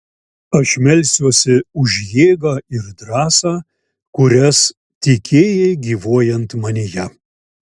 aš melsiuosi už jėgą ir drąsą kurias tikėjai gyvuojant manyje